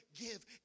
give